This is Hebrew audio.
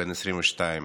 בן 22,